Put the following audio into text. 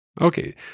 Okay